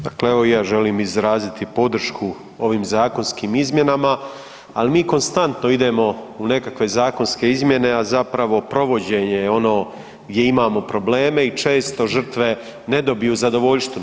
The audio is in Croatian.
Dakle evo i ja želim izraziti podršku ovim zakonskim izmjenama, ali mi konstanto idemo u nekakve zakonske izmjene, a zapravo, provođenje je ono gdje imamo probleme i često žrtve ne dobiju zadovoljštinu.